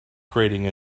creating